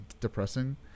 depressing